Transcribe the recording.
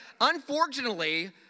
Unfortunately